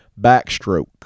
backstroke